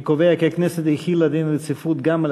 אני קובע כי הכנסת החילה דין רציפות גם על